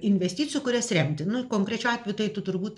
investicijų kurias remti nu konkrečiu atveju tai eitų turbūt